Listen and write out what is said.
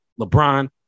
LeBron